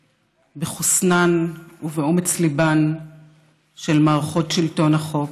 בחוסנן ובאומץ ליבן של מערכות שלטון החוק,